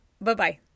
Bye-bye